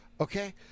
Okay